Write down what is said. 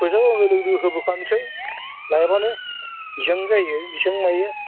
फैसाखौ लोगो लोगो होबोखानोसै लायबानो बेसां जायो बेसां मायो